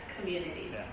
community